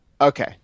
okay